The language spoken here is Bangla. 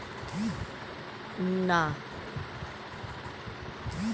চাষ করার জন্য অনেক সব ল্যাবে রিসার্চ হয়